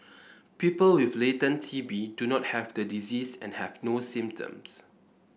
people with latent T B do not have the disease and have no symptoms